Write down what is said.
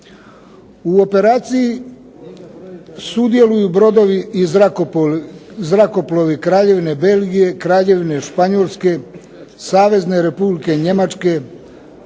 U operaciji sudjeluju brodovi i zrakoplovi Kraljevine Belgije, Kraljevine Španjolske, Savezne Republike Njemačke,